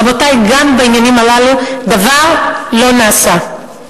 רבותי, גם בעניינים הללו, דבר לא נעשה.